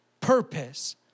purpose